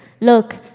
Look